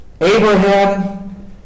Abraham